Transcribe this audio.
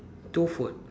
two food